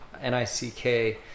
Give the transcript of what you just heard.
N-I-C-K